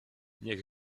niech